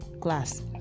class